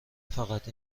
فقط